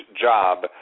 job